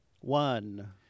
One